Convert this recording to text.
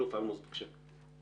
האלוף אלמוז, בבקשה.